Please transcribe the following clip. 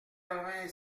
vingt